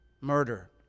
murder